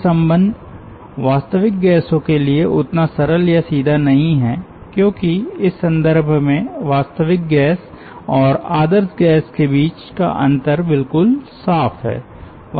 यह संबंध वास्तविक गैसों के लिए उतना सरल या सीधा नहीं है क्योंकि इस संदर्भ में वास्तविक गैस और आदर्श गैस के बीच का अंतर बिलकुल साफ़ है